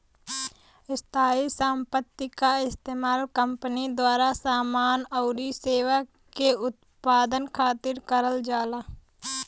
स्थायी संपत्ति क इस्तेमाल कंपनी द्वारा समान आउर सेवा के उत्पादन खातिर करल जाला